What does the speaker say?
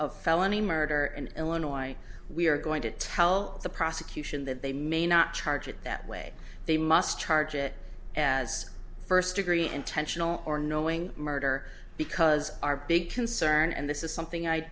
of felony murder in illinois we are going to tell the prosecution that they may not charge it that way they must charge it as first degree intentional or knowing murder because our big concern and this is something i